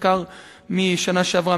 מחקר מהשנה שעברה,